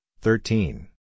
thirteen